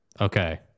Okay